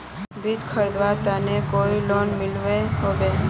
बीज खरीदवार केते कोई लोन मिलोहो होबे?